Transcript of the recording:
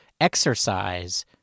exercise